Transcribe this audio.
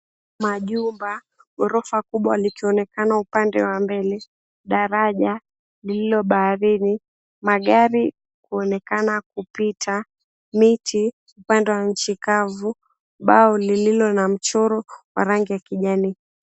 Majumba, ghorofa kubwa likionekana upande wa mbele, daraja lililo baharini, magari kuonekana kupita, miti, upande wa nchi kavu, bao lililo na mchoro wa rangi ya kijani.